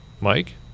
Mike